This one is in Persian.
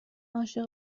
عاشق